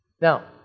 Now